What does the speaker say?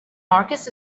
marcus